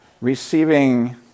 receiving